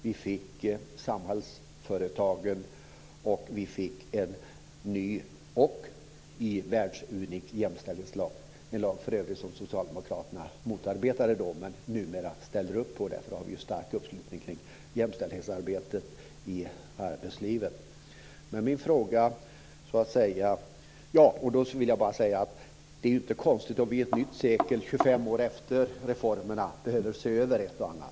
Vi fick Samhallsföretagen, och vi fick en ny och världsunik jämställdhetslag, en lag för övrigt som socialdemokraterna motarbetade då men numera ställer upp på. Vi har en stark uppslutning kring jämställdhetsarbetet i arbetslivet. Det är inte konstigt om vi inför ett nytt sekel 25 år efter reformerna behöver se över ett och annat.